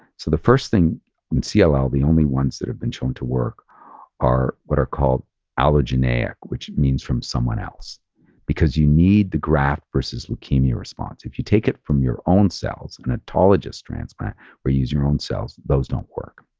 so the first thing and in cll, the only ones that have been shown to work are what are called allogeneic, which means from someone else because you need the graft versus leukemia response. if you take it from your own cells, an ontologist transplant where you use your own cells, those don't work.